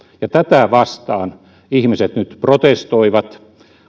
ja tätä vastaan ihmiset nyt protestoivat